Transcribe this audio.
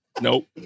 Nope